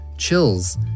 chills